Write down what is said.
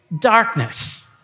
darkness